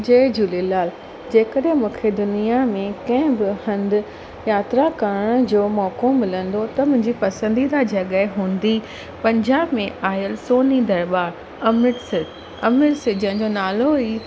जय झूलेलाल जेकॾहिं मूंखे दुन्या में कंहिं बि हंधु यात्रा करण जो मौको मिलंदो त मुंहिंजी पसंदीदा जॻह हूंदी पंजाब में आहियल सोनी दरबारु अमृतसर अमृतसर जंहिंजो नालो ई